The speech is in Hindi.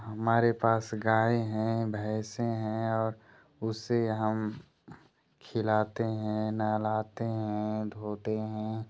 हमारे पास गाय हैं भैंसें हैं और उसे हम खिलाते हैं नहलाते हैं धोते हैं